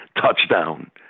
touchdown